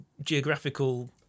geographical